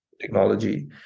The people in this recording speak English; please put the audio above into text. technology